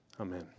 Amen